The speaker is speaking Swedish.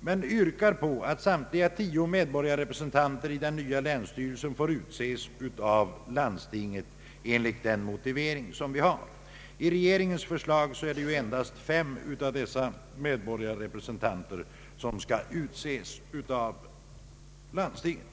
men yrkar på att samtliga tio medborgarrepresentanter i nya länsstyrelsen får utses av landstinget enligt den motivering vi har anfört. Enligt regeringens förslag skall endast fem av dessa medborgarrepresentanter utses av landstinget.